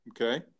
Okay